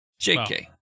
jk